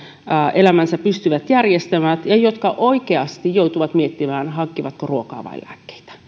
elämänsä pystyvät järjestämään ja jotka oikeasti joutuvat miettimään hankkivatko ruokaa vai lääkkeitä